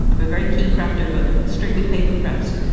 i'm a very keen crafter, but strictly paper crafts.